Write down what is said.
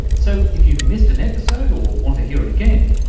so if you've missed an episode or want to hear it again,